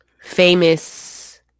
famous